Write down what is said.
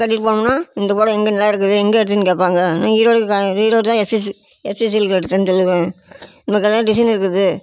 கட்டிட்டு போனோமுனா இந்த புடவ எங்கே நல்லா இருக்குது எங்கே எடுத்தேன் கேட்பாங்க நான் ஈரோடு கா ஈரோட்டில் S C C S C silk எடுத்தேன்னு சொல்வேன் உங்கள் கலர் டிசைன் இருக்குது